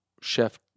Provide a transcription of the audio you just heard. chef